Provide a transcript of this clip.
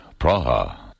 Praha